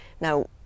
Now